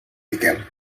miquel